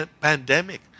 pandemic